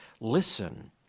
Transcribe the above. Listen